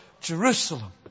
Jerusalem